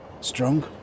strong